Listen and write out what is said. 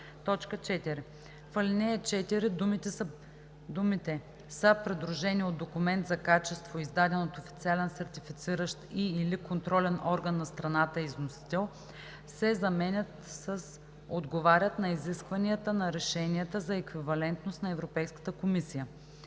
4. В ал. 4 думите „са придружени от документ за качество, издаден от официален сертифициращ и/или контролен орган на страната износител“ се заменят с „отговарят на изискванията на решенията за еквивалентност на Европейската комисия“.